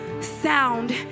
sound